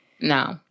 No